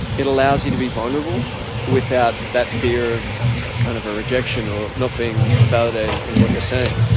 it allows you to be vulnerable without that fear of kind of a rejection or not being validated in what you're saying.